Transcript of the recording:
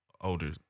older